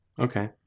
okay